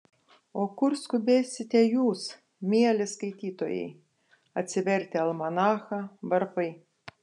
o kur skubėsite jūs mieli skaitytojai atsivertę almanachą varpai